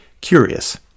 curious